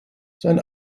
sein